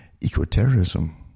eco-terrorism